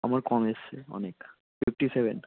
আমার কম এসেছে অনেক ফিফটি সেভেন